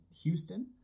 Houston